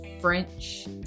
French